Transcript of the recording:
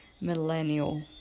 millennial